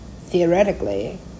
theoretically